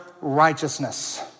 righteousness